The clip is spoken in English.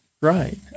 Right